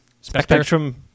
Spectrum